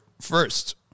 first